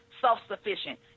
self-sufficient